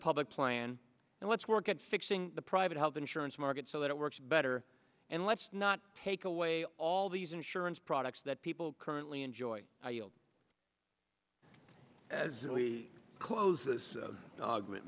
public plan and let's work at fixing the private health insurance market so that it works better and let's not take away all these insurance products that people currently enjoy as close as augment